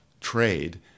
trade